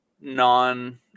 non